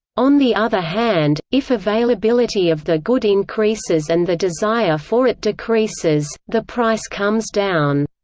on the other hand, if availability of the good increases and the desire for it decreases, the price comes down.